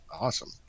awesome